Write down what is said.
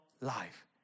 life